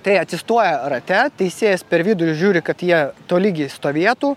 tai atsistoja rate teisėjas per vidurį žiūri kad jie tolygiai stovėtų